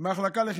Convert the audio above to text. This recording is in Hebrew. מחלקה למה?